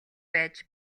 байж